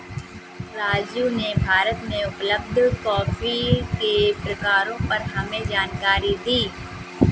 राजू ने भारत में उपलब्ध कॉफी के प्रकारों पर हमें जानकारी दी